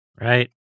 Right